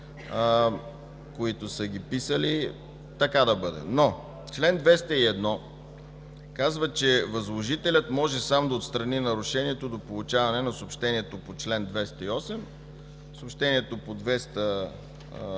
които са ги написали, но така да бъде. Член 21 казва, че възложителят може сам да отстрани нарушението до получаване на съобщението по чл. 208. Нямам пред